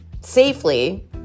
safely